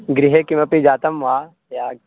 गृहे किमपि जातं वा या